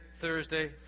Thursday